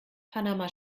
panama